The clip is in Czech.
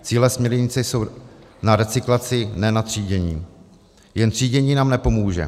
Cíle směrnice jsou na recyklaci, ne na třídění, jen třídění nám nepomůže.